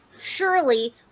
surely